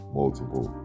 multiple